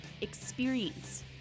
experience